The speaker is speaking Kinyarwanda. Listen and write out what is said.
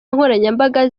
nkoranyambaga